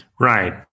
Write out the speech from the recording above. Right